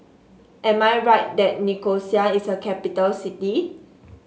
am I right that Nicosia is a capital city